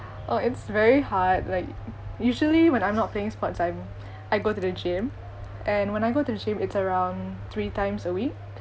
oh it's very hard like usually when I'm not playing sports I'm I go to the gym and when I go to the gym it's around three times a week